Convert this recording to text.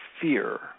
fear